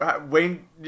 Wayne